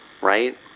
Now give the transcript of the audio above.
right